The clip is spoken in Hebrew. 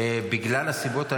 בגלל הסיבות האלה,